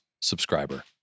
subscriber